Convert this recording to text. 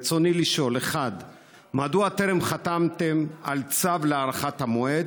ברצוני לשאול: 1. מדוע טרם חתמתם על צו להארכת המועד?